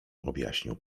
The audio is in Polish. objaśnił